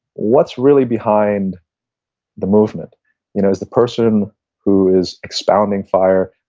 what's really behind the movement? you know is the person who is expounding fire,